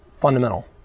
fundamental